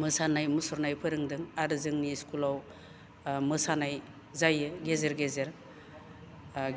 मोसानाय मुसुरनाय फोरोंदों आरो जोंनि स्कुलाव मोसानाय जायो गेजेर गेजेर